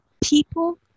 people